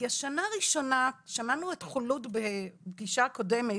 כי השנה הראשונה, שמענו את חולוד בפגישה הקודמת,